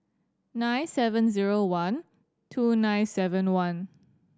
nine seven zero one two nine seven one